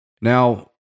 Now